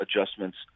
adjustments